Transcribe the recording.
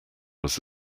was